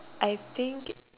I think